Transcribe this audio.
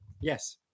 Yes